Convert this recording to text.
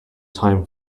time